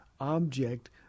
object